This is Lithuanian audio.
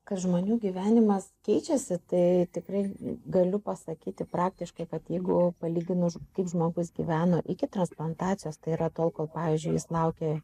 kad žmonių gyvenimas keičiasi tai tikrai galiu pasakyti praktiškai kad jeigu palyginus kaip žmogus gyveno iki transplantacijos tai yra tol kol pavyzdžiui jis laukė